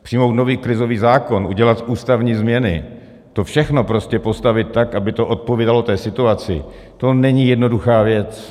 Přijmout nový krizový zákon, udělat ústavní změny, všechno to prostě postavit tak, aby to odpovídalo té situaci, to není jednoduchá věc.